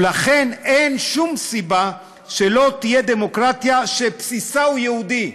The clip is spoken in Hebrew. ולכן אין שום סיבה שלא תהיה דמוקרטיה שבסיסה הוא יהודי.